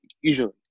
usually